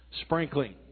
Sprinkling